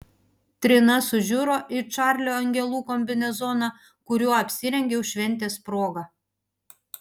trina sužiuro į čarlio angelų kombinezoną kuriuo apsirengiau šventės proga